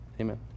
amen